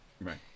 Right